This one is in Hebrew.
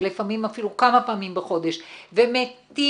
ולפעמים אפילו כמה פעמים בחודש ומטיל